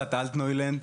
קבוצת אלטנוילד.